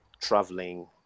traveling